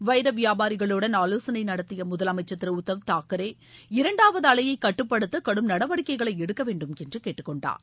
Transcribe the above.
வைர வியாபாரிகளுடன் ஆலோசனை நடத்திய முதலமைச்சர் திரு உத்தவ் தாக்கரே இரண்டாவது அலையை கட்டுப்படுத்த கடும் நடவடிக்கைகளை எடுக்க வேண்டுமென்று கேட்டுக்கொண்டார்